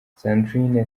sandrine